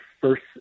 first